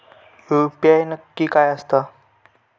UPI नक्की काय आसता?